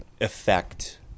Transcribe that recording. effect